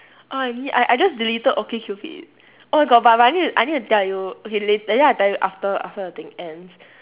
oh I need I I just deleted okay cupid oh my god but but I need to I need to tell you okay later later I tell you after after the thing ends